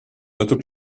ydw